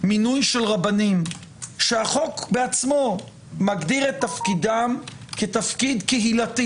מינוי של רבנים שהחוק בעצמו מגדיר את תפקידם כתפקיד קהילתי